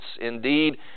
indeed